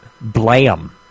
blam